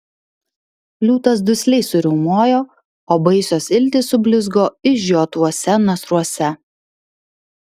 liūtas dusliai suriaumojo o baisios iltys sublizgo išžiotuose nasruose